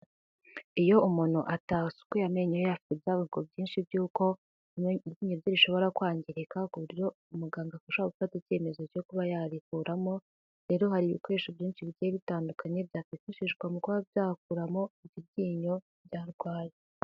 Iyo umuntu atasukuye amenyo ye afite ibyago byinshi byo kwangirika ku buryo umuganga ashobora gufata icyemezo cyo kuba yarikuramo, rero hari ibikoresho byinshi bigiye bitandukanye byakwifashishwa mu kuba byakuramo irir ryinnyo ryarwaye.